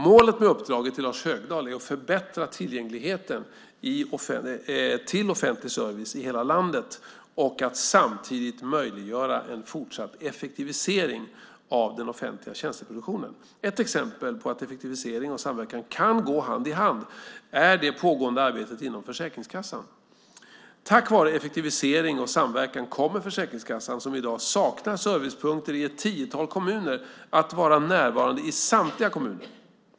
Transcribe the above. Målet med uppdraget till Lars Högdahl är att förbättra tillgängligheten till offentlig service i hela landet och att samtidigt möjliggöra en fortsatt effektivisering av den offentliga tjänsteproduktionen. Ett exempel på att effektivisering och samverkan kan gå hand i hand är det pågående arbetet inom Försäkringskassan. Tack vare effektivisering och samverkan kommer Försäkringskassan, som i dag saknar servicepunkter i ett tiotal kommuner, att vara närvarande i samtliga kommuner.